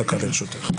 דקה לרשותך.